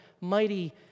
mighty